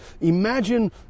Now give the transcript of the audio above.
Imagine